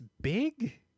big